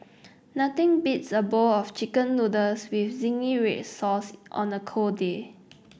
nothing beats a bowl of chicken noodles with zingy red sauce on a cold day